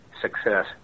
success